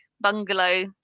bungalow